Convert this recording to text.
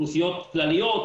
אוכלוסיות כלליות,